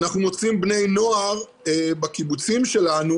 אנחנו מוצאים בני נוער בקיבוצים שלנו.